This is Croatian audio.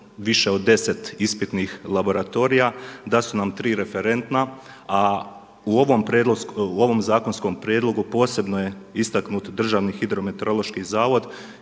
više od 10 ispitnih laboratorija, da su nam tri referentna a u ovom zakonskom prijedlogu posebno je istaknut Državni hidrometeorološki zavod